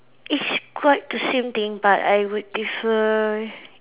it's quite the same thing but I would prefer